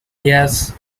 yes